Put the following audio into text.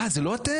אה, זה לא אתם?